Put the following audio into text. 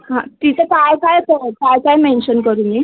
हां तिथं काय काय स काय काय मेन्शन करू मी